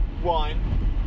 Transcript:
one